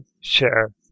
share